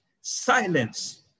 silence